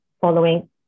following